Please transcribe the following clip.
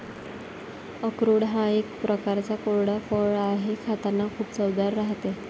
अक्रोड हा एक प्रकारचा कोरडा फळ आहे, खातांना खूप चवदार राहते